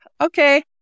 okay